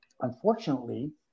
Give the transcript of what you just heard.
Unfortunately